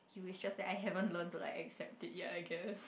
you will shut that I haven't learn to like accept it yeah I guess